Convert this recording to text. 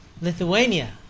Lithuania